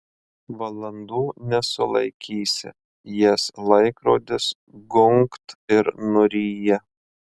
valandų nesulaikysi jas laikrodis gunkt ir nuryja